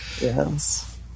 Yes